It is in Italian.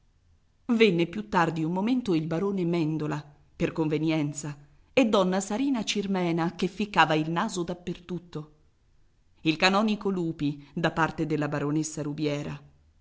venne più tardi un momento il barone mèndola per convenienza e donna sarina cirmena che ficcava il naso da per tutto il canonico lupi da parte della baronessa rubiera